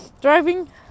Driving